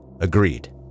agreed